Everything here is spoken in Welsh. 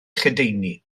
lledaenu